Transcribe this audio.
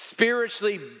Spiritually